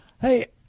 hey